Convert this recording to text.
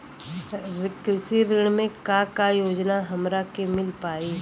कृषि ऋण मे का का योजना हमरा के मिल पाई?